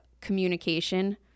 communication